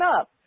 up